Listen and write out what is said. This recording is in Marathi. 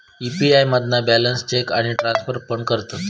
यी.पी.आय मधना बॅलेंस चेक आणि ट्रांसॅक्शन पण करतत